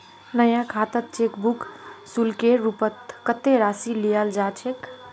नया खातात cheque book शुल्केर रूपत कत्ते राशि लियाल जा छेक